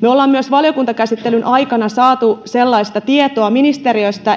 me olemme myös valiokuntakäsittelyn aikana saaneet sellaista tietoa ministeriöstä